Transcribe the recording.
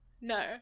No